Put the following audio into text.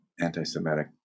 anti-Semitic